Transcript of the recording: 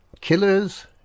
killers